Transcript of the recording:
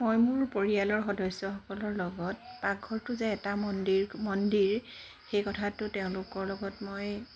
মই মোৰ পৰিয়ালৰ সদস্যসকলৰ লগত পাকঘৰটো যে এটা মন্দিৰ মন্দিৰ সেই কথাটো তেওঁলোকৰ লগত মই